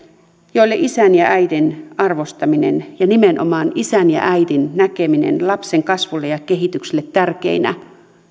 joille isän ja äidin arvostaminen ja nimenomaan isän ja äidin näkeminen lapsen kasvulle ja kehitykselle tärkeinä